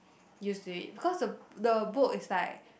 use to it because the the book is like